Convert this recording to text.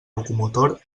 locomotor